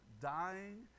dying